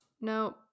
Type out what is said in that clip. no